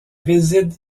réside